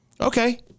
Okay